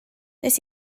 nes